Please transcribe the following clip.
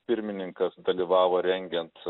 pirmininkas dalyvavo rengiant